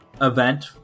event